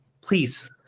Please